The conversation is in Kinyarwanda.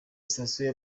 sitasiyo